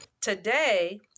Today